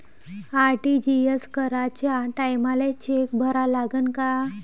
RTGS कराच्या टायमाले cheque भरा लागन का?